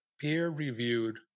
peer-reviewed